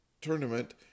tournament